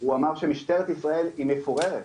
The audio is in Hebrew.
הוא אמר שמשטרת ישראל היא מפוררת,